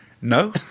no